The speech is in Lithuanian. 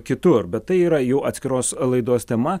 kitur bet tai yra jau atskiros laidos tema